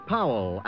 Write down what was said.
Powell